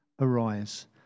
arise